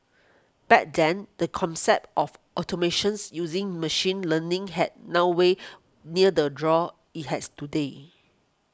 back then the concept of automations using machine learning had noway near the draw it has today